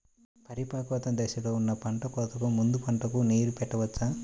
పరిపక్వత దశలో ఉన్న పంట కోతకు ముందు పంటకు నీరు పెట్టవచ్చా?